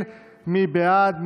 מי בעד?